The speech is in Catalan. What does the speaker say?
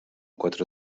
quatre